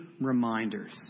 reminders